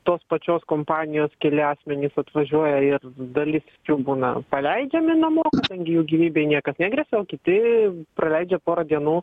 tos pačios kompanijos keli asmenys atvažiuoja ir dalis jų būna paleidžiami namo kadangi jų gyvybei niekas negresia o kiti praleidžia porą dienų